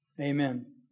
Amen